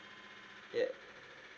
yup